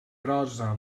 prosa